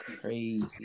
crazy